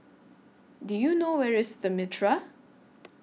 Do YOU know Where IS The Mitraa